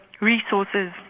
resources